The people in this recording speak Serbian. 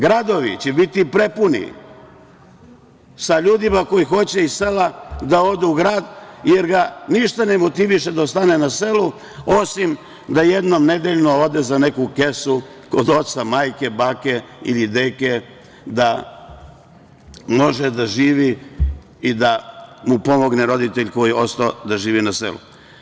Gradovi će biti prepuni sa ljudima koji hoće iz sela da odu u grad, jer ga ništa ne motiviše da ostane na selu, osim da jednom nedeljno ode za neku kesu kod oca, majke, bake ili deke da može da živi i da mu pomogne roditelj koji je ostao da živi na selu.